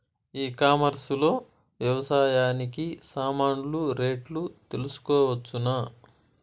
ఈ కామర్స్ లో వ్యవసాయానికి సామాన్లు రేట్లు తెలుసుకోవచ్చునా?